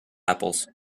apples